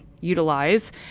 utilize